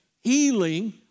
healing